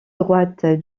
droite